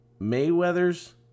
Mayweather's